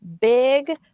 Big